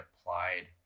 applied